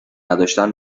نداشتن